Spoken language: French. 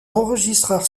enregistreur